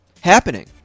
happening